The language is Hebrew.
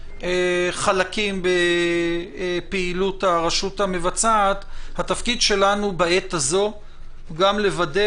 חלקים בפעילות הרשות המבצעת התפקיד שלנו בעת הזאת גם לוודא